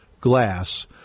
glass